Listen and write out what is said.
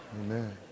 Amen